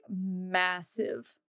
massive